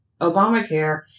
Obamacare